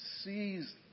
sees